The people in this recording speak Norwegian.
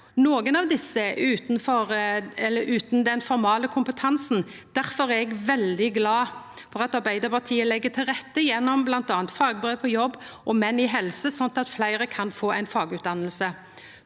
Nokre av desse er utan den formelle kompetansen, og difor er eg veldig glad for at Arbeidarpartiet legg til rette gjennom bl.a. Fagbrev på jobb og Menn i helse, slik at fleire kan få ei fagutdanning.